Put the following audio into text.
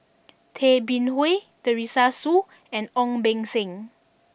Tay Bin Wee Teresa Hsu and Ong Beng Seng